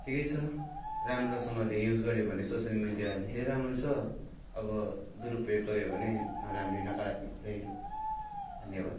ठिकै छ राम्रासँगले युज गऱ्यो भने सोसियल मिडिया धेरै राम्रो छ अब दुरुपयोग गऱ्यो भने नराम्रै नकारात्मक कुरै हो धन्यवाद